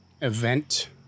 event